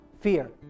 fear